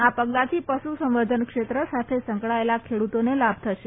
આ પગલાથી પશુ સંવર્ધન ક્ષેત્ર સાથે સંકળાયેલા ખેડુતોને લાભ થશે